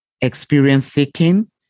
experience-seeking